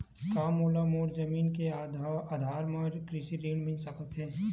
का मोला मोर जमीन के आधार म कृषि ऋण मिल सकत हे?